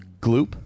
gloop